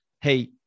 hey